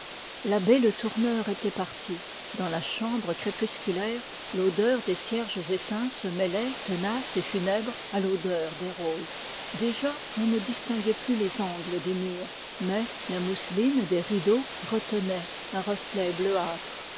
l'abbé le tourneur était parti dans la chambre crépusculaire l'odeur des cierges éteints se mêlait tenace et funèbre à l'odeur des roses déjà l'on ne distinguait plus les angles des murs mais la mousseline des rideaux retenait un reflet